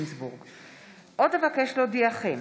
עוד אבקש להודיעכם